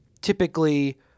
typically